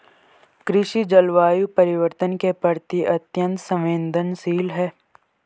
कृषि जलवायु परिवर्तन के प्रति अत्यंत संवेदनशील है